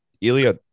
Ilya